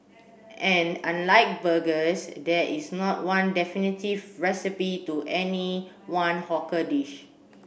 and unlike burgers there is not one definitive recipe to any one hawker dish